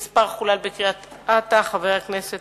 הטלת פיצוי במסגרת משפט פלילי באה לתקן את הנזק שנגרם לקורבן העבירה,